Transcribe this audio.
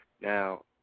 now